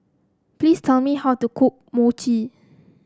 please tell me how to cook Mochi